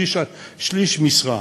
שליש משרה,